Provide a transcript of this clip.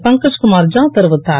பங்கத்குமார் ஜா தெரிவித்தார்